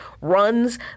runs